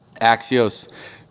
Axios